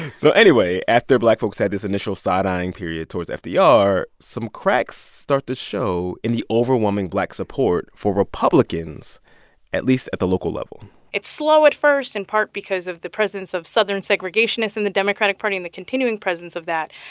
so anyway, after black folks had this initial side-eying period towards fdr, some cracks start to show in the overwhelming black support for republicans at least, at the local level it's slow at first, in part because of the presence of southern segregationists in the democratic party and the continuing presence of that.